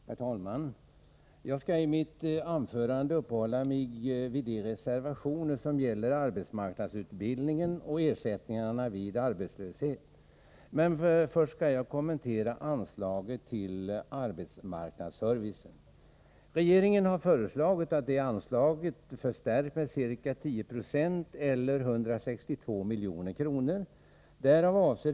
Herr talman! Jag skall i mitt anförande uppehålla mig vid de reservationer som gäller arbetsmarknadsutbildningen och ersättningarna vid arbetslöshet. Först skall jag dock kommentera anslaget till Arbetsmarknadsservice. Regeringen har föreslagit att det anslaget förstärks med ca 10 96, eller 162 milj.kr.